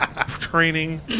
training